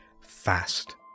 fast